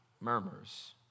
murmurs